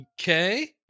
Okay